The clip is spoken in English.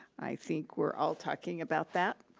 i think we're all talking about that.